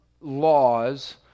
laws